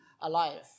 alive